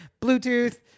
Bluetooth